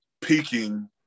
peaking